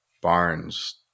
Barnes